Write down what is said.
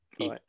Right